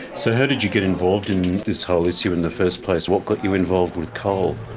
so how did you get involved in this whole issue in the first place, what got you involved with coal?